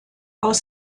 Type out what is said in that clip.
aus